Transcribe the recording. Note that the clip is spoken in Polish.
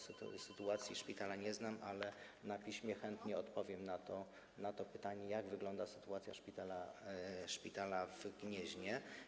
Sytuacji szpitala nie znam, ale na piśmie chętnie odpowiem na to pytanie, jak wygląda sytuacja szpitala w Gnieźnie.